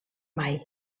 mai